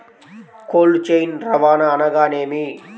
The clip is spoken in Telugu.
కోల్డ్ చైన్ రవాణా అనగా నేమి?